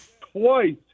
twice